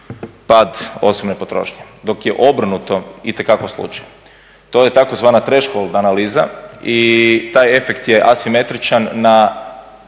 pad osobne potrošnje dok je obrnuto itekako slučaj. To je tzv. trash hold analiza i taj efekt je asimetričan na